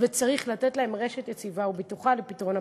וצריך לתת להם רשת יציבה ובטוחה לפתרון הבעיה.